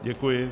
Děkuji.